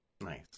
Nice